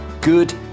good